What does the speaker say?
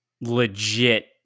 legit